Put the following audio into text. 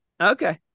Okay